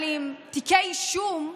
אבל עם תיקי אישום,